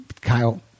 Kyle